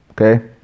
Okay